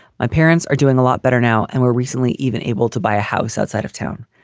my parents are doing a lot better now and we're recently even able to buy a house outside of town.